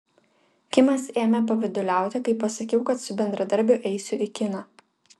kimas ėmė pavyduliauti kai pasakiau kad su bendradarbiu eisiu į kiną